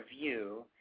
Review